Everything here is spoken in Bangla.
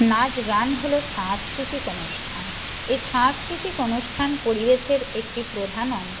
নাচ গান হলো সাংস্কৃতিক অনুষ্ঠান এই সাংস্কৃতিক অনুষ্ঠান পরিবেশের একটি প্রধান অঙ্গ